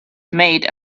made